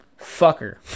fucker